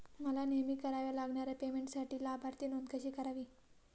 मला नेहमी कराव्या लागणाऱ्या पेमेंटसाठी लाभार्थी नोंद कशी करावी?